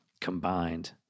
combined